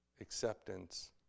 acceptance